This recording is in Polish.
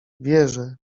wierzę